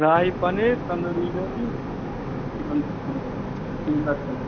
शाही पनीर तन्दूरी रोटी